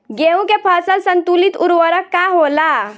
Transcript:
गेहूं के फसल संतुलित उर्वरक का होला?